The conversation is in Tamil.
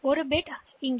எனவே நாம் சி